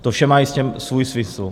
To vše má jistě svůj smysl.